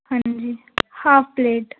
ਹਾਂਜੀ half plate